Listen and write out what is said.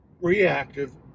reactive